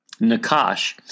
Nakash